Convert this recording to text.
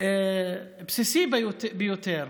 והבסיסי ביותר